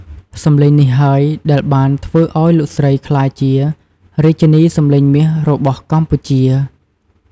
សំឡេងនេះហើយដែលបានធ្វើឲ្យលោកស្រីក្លាយជា រាជិនីសំឡេងមាស របស់កម្ពុជា។